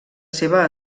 seva